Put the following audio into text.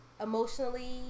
emotionally